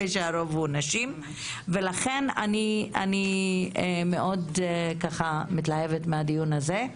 שהרוב הוא נשים ולכן אני מאוד ככה מתלהבת מהדיון הזה.